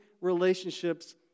relationships